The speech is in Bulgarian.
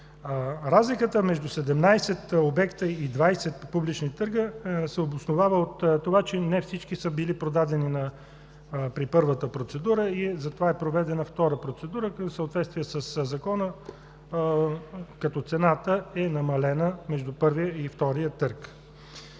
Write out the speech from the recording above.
Разликата между 17 обекта и 20 публични търга се обосновава от това, че не всички са били продадени при първата процедура и затова е проведена втора процедура в съответствие със Закона, като цената е намалена между първия и втория търг.